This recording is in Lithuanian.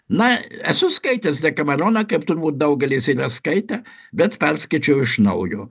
na esu skaitęs dekameroną kaip turbūt daugelis yra skaitę bet perskaičiau iš naujo